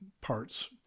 parts